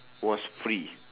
was free